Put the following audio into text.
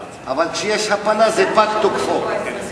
אבל כשיש הפלה זה פג תוקפו.